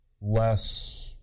less